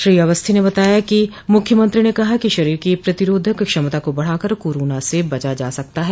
श्री अवस्थी ने बताया कि मुख्यमंत्री ने कहा है कि शरीर की प्रतिरोधक क्षमता को बढ़ाकर कोरोना से बचा जा सकता है